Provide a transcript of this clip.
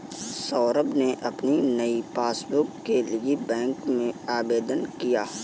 सौरभ ने अपनी नई पासबुक के लिए बैंक में आवेदन किया